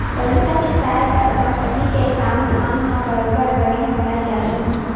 पइसा जुटाय बर कंपनी के काम धाम ह बरोबर बने होना चाही